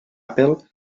apple